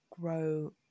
grow